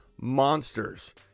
monsters